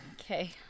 Okay